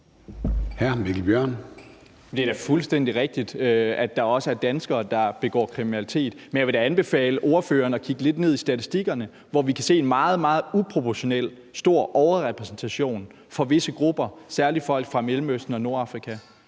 Det er da fuldstændig rigtigt, at der også er danskere, der begår kriminalitet. Men jeg vil da anbefale ordføreren at kigge lidt ned i statistikkerne, hvor vi kan se en uproportionelt meget, meget stor overrepræsentation for visse grupper, særlig folk fra Mellemøsten og Nordafrika.